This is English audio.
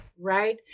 right